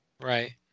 Right